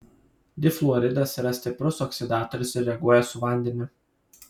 difluoridas yra stiprus oksidatorius ir reaguoja su vandeniu